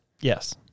Yes